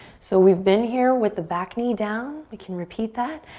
so we've been here with the back knee down. we can repeat that.